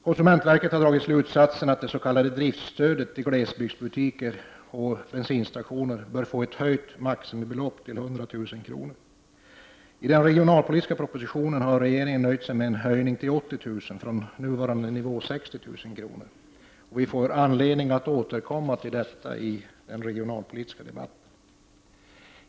Konsumentverket har dragit slutsatsen att maximibeloppet för det s.k. driftstödet till glesbygdsbutiker och bensinstationer bör höjas till 100 000 kr. I den regionalpolitiska propositionen har regeringen nöjt sig med att föreslå en höjning till 80 000 kr. från nuvarande nivå på 60 000 kr. Vi får anledning att återkomma till detta i den regionalpolitiska debatten.